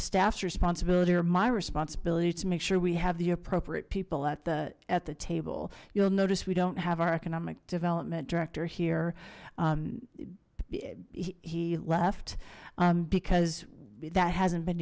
staffs responsibility or my responsibility to make sure we have the appropriate people at the at the table you'll notice we don't have our economic development director here he left because that hasn't been